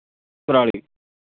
Kurali